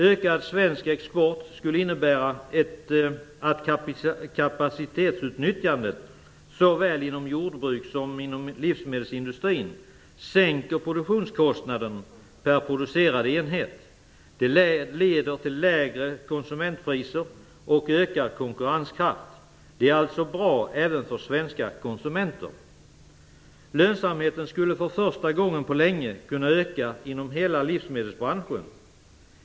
Ökad svensk export skulle innebära att kapacitetsutnyttjandet, såväl inom jordbruket som inom livsmedelsindustrin, sänker produktionskostnaderna per producerad enhet. Det leder till lägre konsumentpriser och ökad konkurrenskraft. Det är alltså bra även för svenska konsumenter. Lönsamheten skulle för första gången på länge kunna öka inom hela livsmedelsbranschen.